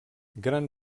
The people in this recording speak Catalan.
gran